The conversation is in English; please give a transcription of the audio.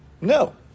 No